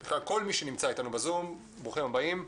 כל מי שנמצא איתנו בזום, ברוכים הבאים.